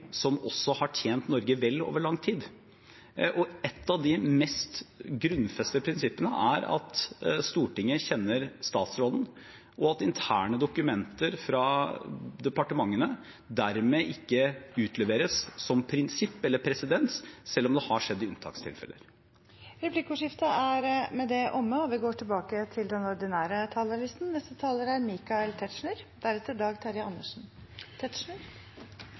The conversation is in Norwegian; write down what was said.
som også har tjent Norge vel over lang tid. Et av de mest grunnfestede prinsippene er at Stortinget kjenner statsråden, og at det dermed ikke er noe prinsipp om eller presedens for at interne dokumenter fra departementene utleveres – selv om det har skjedd i unntakstilfeller. Replikkordskiftet er omme. Først vil jeg uttrykke en tilfredshet over at vi